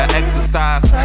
exercise